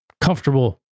comfortable